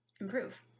improve